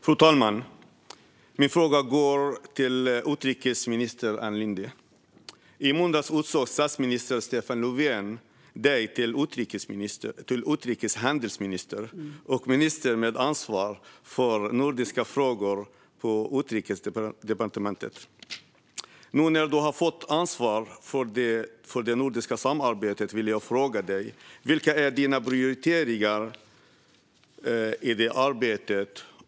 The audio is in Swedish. Fru talman! Min fråga går till utrikeshandelsminister Ann Linde. I måndags utsåg statsminister Stefan Löfven dig till utrikeshandelsminister och minister med ansvar för nordiska frågor på Utrikesdepartementet. Nu när du har fått ansvar för det nordiska samarbetet vill jag fråga dig: Vilka är dina prioriteringar i det arbetet?